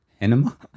Enema